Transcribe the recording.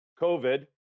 COVID